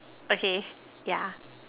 okay yeah